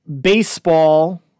baseball